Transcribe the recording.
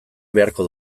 beharko